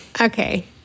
Okay